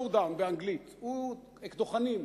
showdown באנגלית, אקדוחנים,